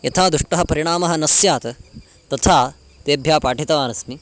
यदा दुष्टः परिणामः न स्यात् तथा तेभ्यः पाठितवानस्मि